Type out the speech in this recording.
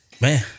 Man